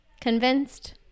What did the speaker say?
Convinced